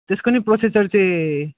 त्यसको पनि प्रोसेसर चाहिँ